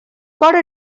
got